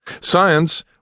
Science